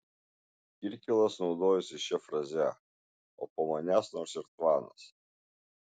kirkilas naudojosi šia fraze o po manęs nors ir tvanas